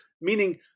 meaning